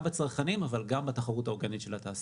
בצרכנים אבל גם בתחרות ההוגנת של התעשייה.